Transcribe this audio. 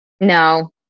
No